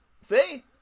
See